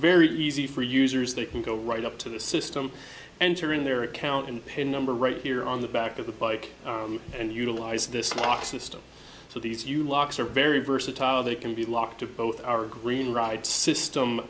very easy for users they can go right up to the system enter in their account and pin number right here on the back of the bike and utilize this lock system so these you locks are very versatile they can be locked up both are green right siste